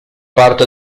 parte